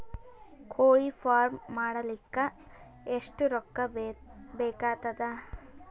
ಕೋಳಿ ಫಾರ್ಮ್ ಮಾಡಲಿಕ್ಕ ಎಷ್ಟು ರೊಕ್ಕಾ ಬೇಕಾಗತದ?